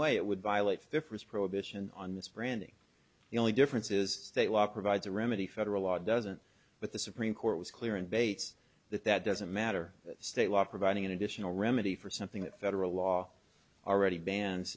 way it would violate difference prohibition on this branding the only difference is state law provides a remedy federal law doesn't but the supreme court was clear in bates that that doesn't matter state law providing an additional remedy for something that federal law already ban